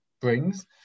brings